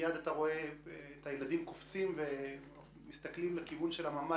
מייד אפשר לראות את הילדים קופצים ומסתכלים לכיוון הממ"ד,